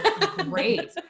Great